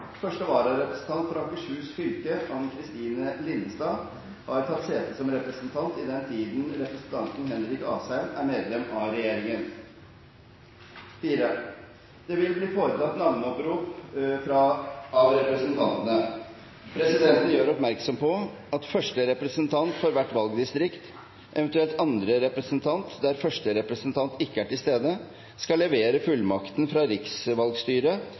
Første vararepresentant for Akershus fylke, Anne Kristine Linnestad , har tatt sete som representant i den tid representanten Henrik Asheim er medlem av regjeringen. Det vil bli foretatt navneopprop av representantene. Presidenten gjør oppmerksom på at første representant for hvert valgdistrikt, eventuelt andre representant der første representant ikke er til stede, skal levere fullmakten fra riksvalgstyret